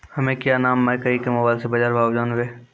हमें क्या नाम मकई के मोबाइल से बाजार भाव जनवे?